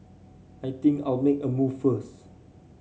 I think I'll make a move first